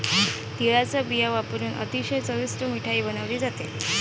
तिळाचा बिया वापरुन अतिशय चविष्ट मिठाई बनवली जाते